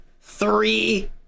three